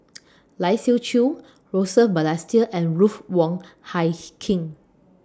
Lai Siu Chiu Joseph Balestier and Ruth Wong Hie King